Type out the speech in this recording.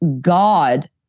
God